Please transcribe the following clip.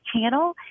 channel